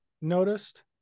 noticed